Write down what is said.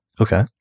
Okay